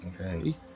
okay